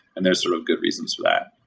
and there are sort of good reasons for that.